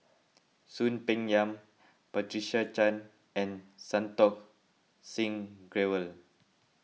Soon Peng Yam Patricia Chan and Santokh Singh Grewal